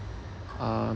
uh